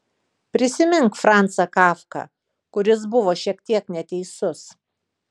prisimink francą kafką kuris buvo šiek tiek neteisus